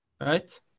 right